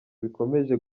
bikomeje